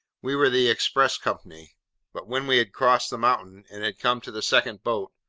we were the express company but when we had crossed the mountain, and had come to the second boat,